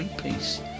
Peace